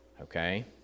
Okay